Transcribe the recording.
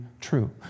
true